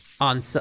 On